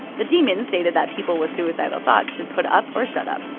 the demon stated that people with suicidal thoughts should put up or shut up,